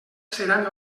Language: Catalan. seran